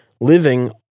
living